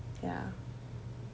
ya